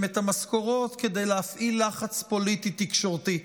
את המשכורות כדי להפעיל לחץ פוליטי תקשורתי.